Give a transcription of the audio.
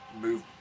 move